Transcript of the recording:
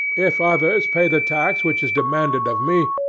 if others pay the tax which is demanded of me,